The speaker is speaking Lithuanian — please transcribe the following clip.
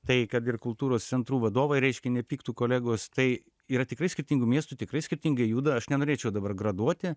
tai kad ir kultūros centrų vadovai reiškia nepyktų kolegos tai yra tikrai skirtingų miestų tikrai skirtingai juda aš nenorėčiau dabar graduoti